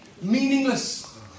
meaningless